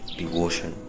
devotion